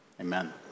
amen